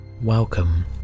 Welcome